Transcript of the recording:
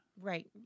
Right